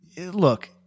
Look